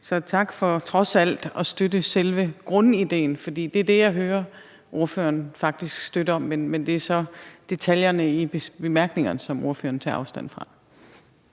Så tak for trods alt at støtte selve grundideen, for det er det, jeg hører ordføreren faktisk støtte, men det er så detaljerne i bemærkningerne, som ordføreren tager afstand fra.